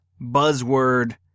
buzzword